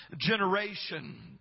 generation